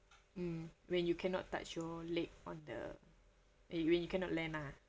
hmm when you cannot touch your leg on the eh when you can not land lah